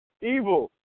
evil